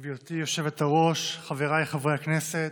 גברתי היושבת-ראש, חבריי חברי הכנסת,